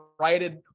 righted